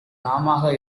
நாமாக